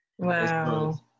Wow